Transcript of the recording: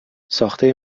ساخته